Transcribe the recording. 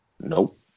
Nope